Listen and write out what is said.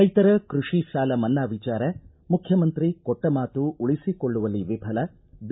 ರೈತರ ಕೃಷಿ ಸಾಲ ಮನ್ನಾ ವಿಚಾರ ಮುಖ್ಯಮಂತ್ರಿ ಕೊಟ್ಟ ಮಾತು ಉಳಿಸಿಕೊಳ್ಳುವಲ್ಲಿ ವಿಫಲ ಬಿ